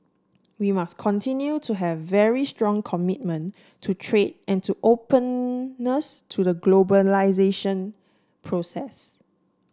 we must continue to have very strong commitment to trade and to openness to the globalisation process